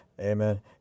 amen